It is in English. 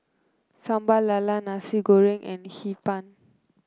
Sambal Lala Nasi Goreng and Hee Pan